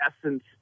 essence